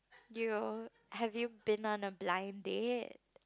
you have you been on a blind date